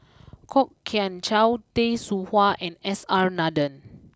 Kwok Kian Chow Tay Seow Huah and S R Nathan